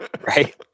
Right